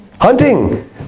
Hunting